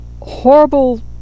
horrible